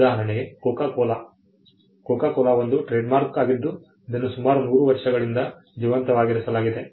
ಉದಾಹರಣೆಗೆ Coca Cola ಒಂದು trademark ಆಗಿದ್ದು ಇದನ್ನು ಸುಮಾರು 100 ವರ್ಷಗಳಿಂದ ಜೀವಂತವಾಗಿರಿಸಲಾಗಿದೆ